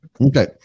Okay